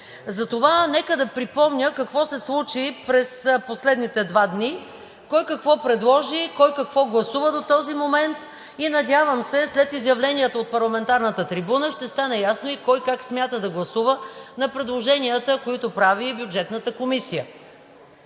Затова нека да припомня какво се случи през последните два дни, кой какво предложи, кой какво гласува до този момент. Надявам се след изявленията от парламентарната трибуна ще стане ясно и кой как смята да гласува по предложенията, които прави Бюджетната комисия.